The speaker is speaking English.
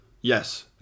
Yes